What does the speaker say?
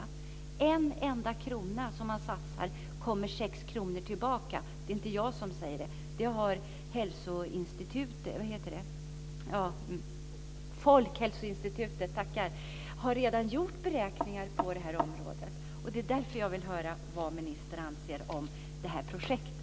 Av en enda satsad krona kommer sex kronor tillbaka. Det är inte bara jag som säger det. Folkhälsoinstitutet har redan gjort beräkningar på området. Det är därför som jag vill höra vad ministern anser om det här projektet.